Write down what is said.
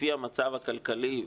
לפי המצב הכלכלי,